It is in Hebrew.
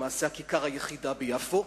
למעשה הכיכר היחידה ביפו.